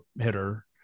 hitter